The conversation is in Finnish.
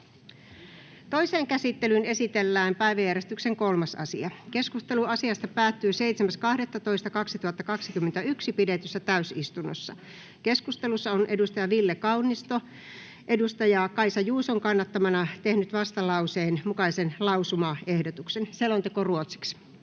Toiseen käsittelyyn esitellään päiväjärjestyksen 6. asia. Keskustelu asiasta päättyi 7.12.2021 pidetyssä täysistunnossa. Keskustelussa on Paula Risikko Ville Kauniston kannattamana tehnyt vastalauseen mukaisen lausumaehdotuksen. Toiseen käsittelyyn